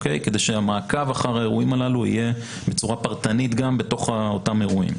כדי שהמעקב אחר האירועים הללו יהיה בצורה פרטנית גם בתוך אותם אירועים.